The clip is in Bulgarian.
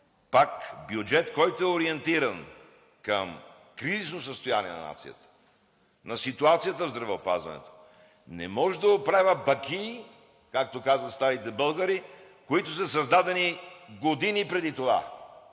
пак бюджет, който е ориентиран към кризисно състояние на нацията, на ситуацията в здравеопазването, не може да оправя бакии, както казват старите българи, които са създадени години преди това!